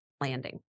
landing